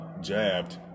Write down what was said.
jabbed